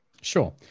sure